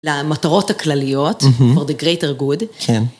למטרות הכלליות for the greater good. כן.